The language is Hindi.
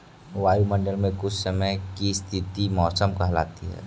वायुमंडल मे कुछ समय की स्थिति मौसम कहलाती है